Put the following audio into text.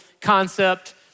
concept